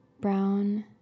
brown